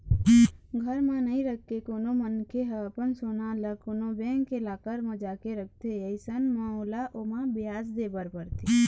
घर म नइ रखके कोनो मनखे ह अपन सोना ल कोनो बेंक के लॉकर म जाके रखथे अइसन म ओला ओमा बियाज दे बर परथे